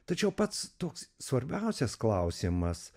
tačiau pats toks svarbiausias klausimas